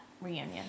reunion